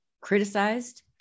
criticized